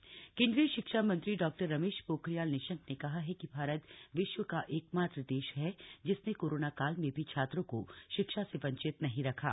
निशंक देहरादन केंद्रीय शिक्षा मंत्री डॉ रमेश पोखरियाल निशंक ने कहा है कि भारत विश्व का एकमात्र देश ह जिसने कोरोना काल में भी छात्रों को शिक्षा से वंचित नहीं रखा